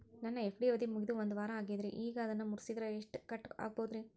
ನನ್ನ ಎಫ್.ಡಿ ಅವಧಿ ಮುಗಿದು ಒಂದವಾರ ಆಗೇದ್ರಿ ಈಗ ಅದನ್ನ ಮುರಿಸಿದ್ರ ಎಷ್ಟ ಕಟ್ ಆಗ್ಬೋದ್ರಿ?